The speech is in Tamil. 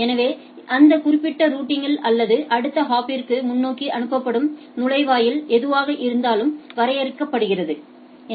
எனவே அந்த குறிப்பிட்ட அருகிலுள்ள அல்லது அடுத்த ஹாப்பிற்கு முன்னோக்கி அனுப்பப்படும்நுழைவாயில் எதுவாக இருந்தாலும் வரையறுக்கப்படுகிறது Refer Time 3639